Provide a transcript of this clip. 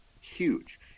Huge